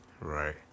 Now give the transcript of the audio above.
Right